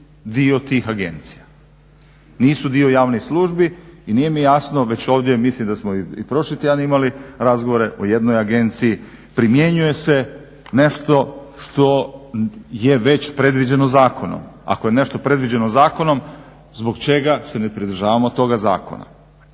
dio tih agencija, nisu dio javnih službi? I nije mi jasno već ovdje mislim da smo i prošli tjedan imali razgovore o jednoj agenciji, primjenjuje se nešto što je već predviđeno zakonom. Ako je nešto predviđeno zakonom zbog čega se ne pridržavao toga zakona?